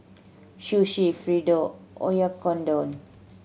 Sushi Fritada Oyakodon